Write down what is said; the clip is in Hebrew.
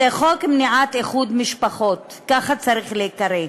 זה חוק מניעת איחוד משפחות, ככה זה צריך להיקרא,